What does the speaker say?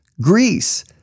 Greece